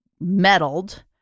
meddled